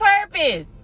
purpose